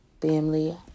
Family